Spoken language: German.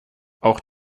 auch